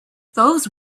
those